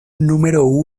número